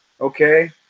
okay